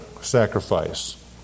sacrifice